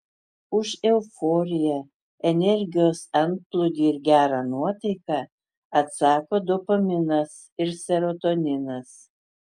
už euforiją energijos antplūdį ir gerą nuotaiką atsako dopaminas ir serotoninas